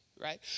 right